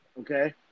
okay